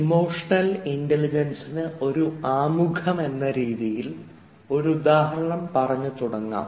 emotional intelligence ഒരു ആമുഖം എന്ന രീതിയിൽ ഒരു ഉദാഹരണം പറഞ്ഞു തുടങ്ങാം